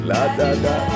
La-da-da